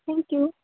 thank you